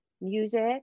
music